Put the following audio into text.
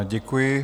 Děkuji.